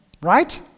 right